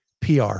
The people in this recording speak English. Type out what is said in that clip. pr